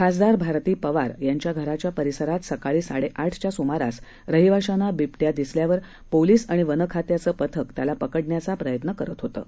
खासदार भारती पवार यांच्या घराच्या परिसरात सकाळी साडेआठच्या सुमारास रहिवाशांना बिबट्या दिसल्यावर पोलीस आणि वनखात्याचं पथक त्याला पकडण्याचा प्रयत्न करत होतं